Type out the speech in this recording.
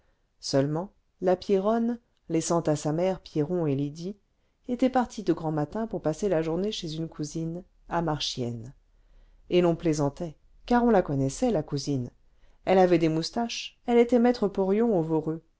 seulement la pierronne laissant à sa mère pierron et lydie était partie de grand matin pour passer la journée chez une cousine à marchiennes et l'on plaisantait car on la connaissait la cousine elle avait des moustaches elle était maître porion au